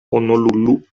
honolulu